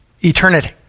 eternity